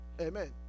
Amen